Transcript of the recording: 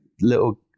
little